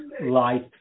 life